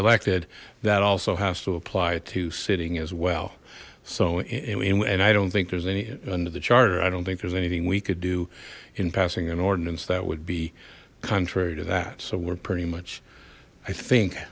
elected that also has to apply to sitting as well so and i don't think there's anything under the charter i don't think there's anything we could do in passing an ordinance that would be contrary to that so we're pretty much i think